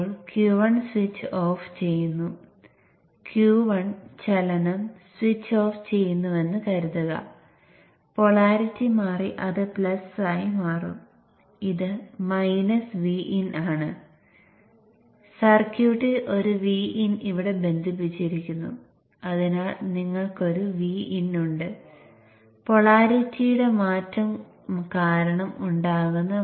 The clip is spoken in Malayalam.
ഡോട്ട് എൻഡ് ഗ്രൌണ്ടുമായി ബന്ധിപ്പിച്ചിരിക്കുന്നതിനാൽ ഇവിടെ ഒരു മൈനസ് Vin വരുന്നത് കാണുന്നു